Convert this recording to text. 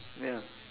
ya